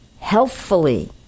healthfully